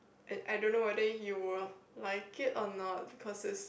I I don't know whether you will like it or not because it's